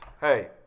Hey